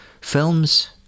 films